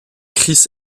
chris